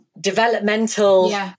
developmental